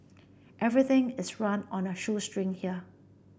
everything is run on a shoestring here